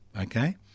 okay